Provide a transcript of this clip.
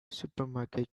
supermarket